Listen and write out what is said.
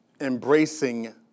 Embracing